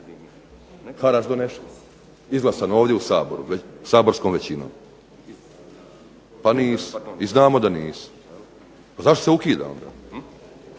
harač donesen, izglasan ovdje u Saboru, saborskom većinom? Pa nisu, i znamo da nisu. A zašto se ukida onda?